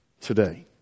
today